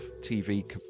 TV